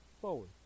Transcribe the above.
forward